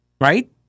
right